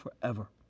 forever